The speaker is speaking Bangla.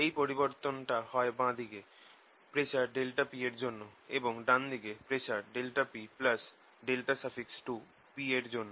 এই পরিবর্তনটা হয় বাঁ দিকে প্রেসার ∆p এর জন্য এবং ডান দিকে প্রেসার ∆p∆2p এর জন্য